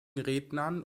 rednern